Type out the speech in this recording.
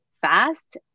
fast